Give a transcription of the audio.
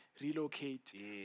relocate